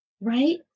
right